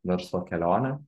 verslo kelionę